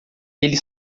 ele